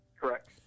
Correct